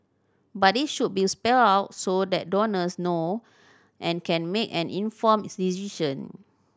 but it should be spelled out so that donors know and can make an informed decision